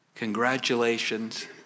Congratulations